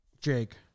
Jake